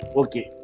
okay